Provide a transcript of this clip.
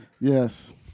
Yes